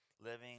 living